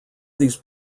these